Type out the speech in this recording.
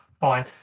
Fine